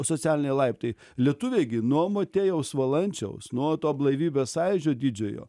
socialiniai laiptai lietuviai gi nuo motiejaus valančiaus nuo to blaivybės sąjūdžio didžiojo